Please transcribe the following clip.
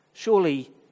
Surely